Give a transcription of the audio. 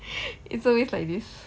it's always like this